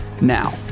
Now